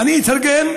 ומתרגמם:)